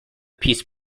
peace